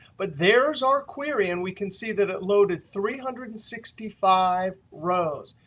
but there's our query, and we can see that it loaded three hundred and sixty five rows.